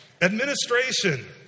Administration